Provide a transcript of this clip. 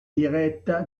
diretta